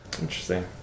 interesting